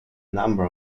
number